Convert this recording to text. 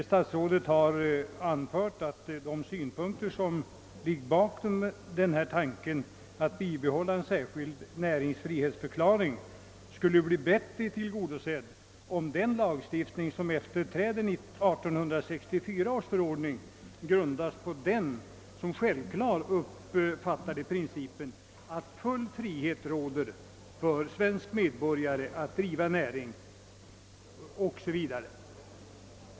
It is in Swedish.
Kungl. Maj:t har anfört att de synpunkter som ligger bakom kravet på ett bibehållande av en särskild näringsfrihetsförklaring bättre skulle tillgodoses, om den lagstiftning som efterträder 1864 års förordning grundas på den som självklar uppfattade principen att full frihet råder för svensk medborgare att driva näring o. s. v.